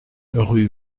rue